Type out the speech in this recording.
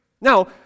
Now